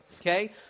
okay